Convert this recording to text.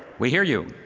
we hear you.